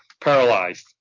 Paralyzed